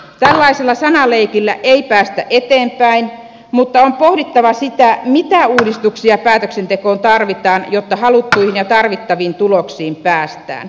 tällaisella sanaleikillä ei päästä eteenpäin mutta on pohdittava sitä mitä uudistuksia päätöksentekoon tarvitaan jotta haluttuihin ja tarvittaviin tuloksiin päästään